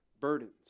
burdens